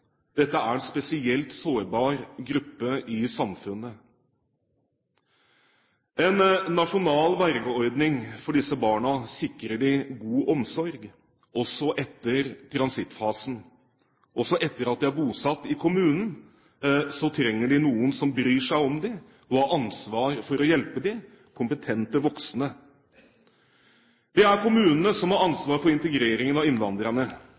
Dette er en spesielt sårbar gruppe i samfunnet. En nasjonal vergeordning for disse barna sikrer dem god omsorg, også etter transittfasen. De trenger noen som bryr seg om dem også etter at de er bosatt i kommunen, og som har ansvaret for å hjelpe dem – kompetente voksne. Det er kommunene som har ansvaret for integreringen av innvandrerne.